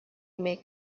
may